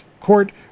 Court